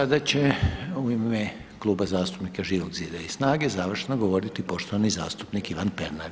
I sada će u ime Kluba zastupnika Živog zida i SNAGA-e završno govoriti poštovani zastupnik Ivan Pernar.